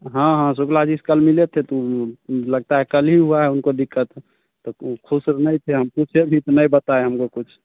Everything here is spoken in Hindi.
हाँ हाँ शुक्ला जी से कल मिले थे तो लगता है कल ही हुआ है उनको दिक्कत तो ख़ुश नहीं थे हम पूछे भी तो नहीं बताए हमको कुछ